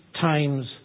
times